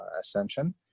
Ascension